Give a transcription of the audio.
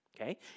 okay